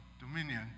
dominion